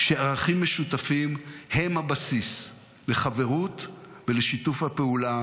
שערכים משותפים הם הבסיס לחברות ולשיתוף הפעולה